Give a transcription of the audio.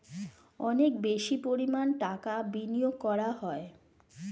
অনেক বেশি পরিমাণ টাকা বিনিয়োগ করা হয়